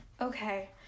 Okay